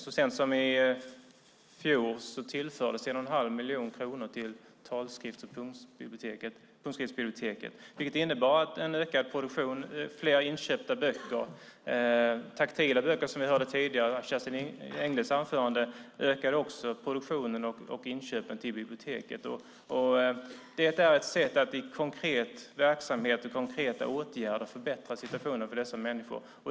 Så sent som i fjol tillfördes 1 1⁄2 miljon kronor till Talboks och punktskriftsbiblioteket vilket innebar en ökad produktion och fler inköpta böcker. Också när det gäller taktila böcker ökade, som vi hörde tidigare av Kerstin Engles anförande, produktionen och inköpen till biblioteken. Det är ett sätt att i konkret verksamhet och genom konkreta åtgärder förbättra situationen för dessa människor.